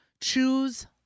Choose